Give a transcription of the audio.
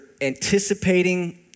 anticipating